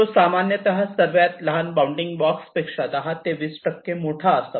तो सामान्यत सर्वात लहान बाउंडिंग बॉक्सपेक्षा 10 ते 20 टक्के मोठा असावा